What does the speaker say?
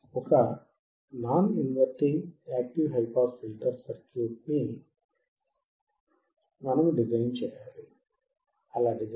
R1 R2 10 kilo ohm